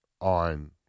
on